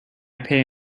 pay